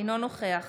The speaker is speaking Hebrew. אינו נוכח